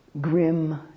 grim